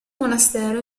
monastero